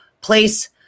place